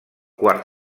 quart